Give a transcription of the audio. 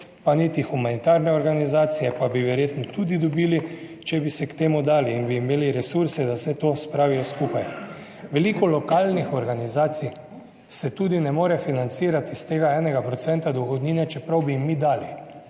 pa niti humanitarne organizacije, pa bi verjetno tudi dobili, če bi se k temu dali in bi imeli resurse, da vse to spravijo skupaj. Veliko lokalnih organizacij se tudi ne more financirati iz tega enega procenta dohodnine, čeprav bi jim mi dali.